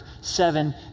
seven